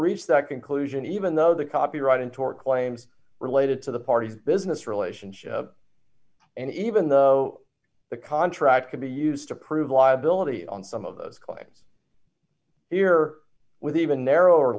reached that conclusion even though the copyright in tort claims related to the party business relationship and even though the contract could be used to prove liability on some of those claims here with even narrower